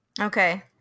Okay